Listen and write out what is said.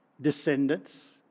descendants